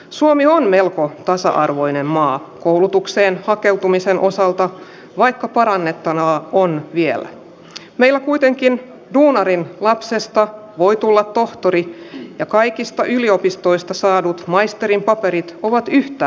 suomi on eun tasa arvoinen maa koulutukseen hakeutumisen osalta vaikka parannettavaa on vielä meillä kuitenkin duunarin lapsista voi tulla tohtori ja kaikista yliopistoista saadut maisterin paperit ovat yhtä